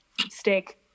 Steak